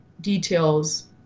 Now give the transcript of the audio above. details